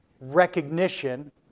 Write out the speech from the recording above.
recognition